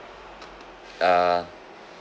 uh